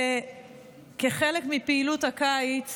שכחלק מפעילות הקיץ